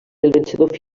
vencedor